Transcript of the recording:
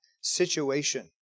situation